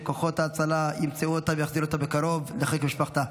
שכוחות ההצלה ימצאו אותה ויחזירו אותה בקרוב לחיק משפחתה.